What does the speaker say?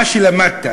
מה שלמדת,